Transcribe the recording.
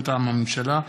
מטעם הממשלה,